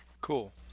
Cool